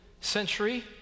century